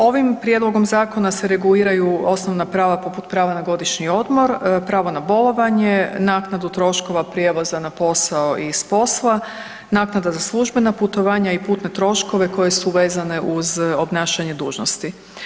Ovim prijedlogom zakona se reguliraju osnovna prava, poput prava na godišnji odmor, pravo na bolovanje, naknadu troškova prijevoza s posao i s posla, naknada za službena putovanja i putne troškove koje su vezane uz obnašanje dužnosti.